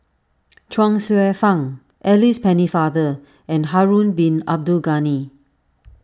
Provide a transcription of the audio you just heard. Chuang Hsueh Fang Alice Pennefather and Harun Bin Abdul Ghani